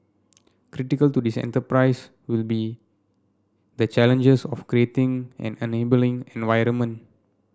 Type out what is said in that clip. critical to this enterprise will be the challenges of creating an enabling environment